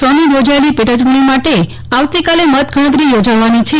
ક ની ચોજાયેલી પેટાચૂંટણી માટે આવતીકાલે મત ગણતરી યોજાવાની છે